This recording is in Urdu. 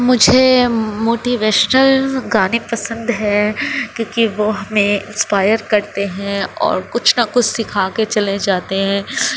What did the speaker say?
مجھے موٹیویشنل گانے پسند ہے کیوںکہ وہ ہمیں انسپائر کرتے ہیں اور کچھ نہ کچھ سکھا کے چلے جاتے ہیں